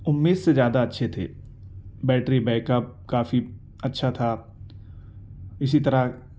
امید سے زیادہ اچھے تھے بیٹری بیک اپ کافی اچھا تھا اسی طرح